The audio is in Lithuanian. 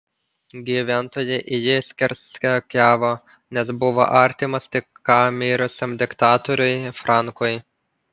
gyventojai į jį skersakiavo nes buvo artimas tik ką mirusiam diktatoriui frankui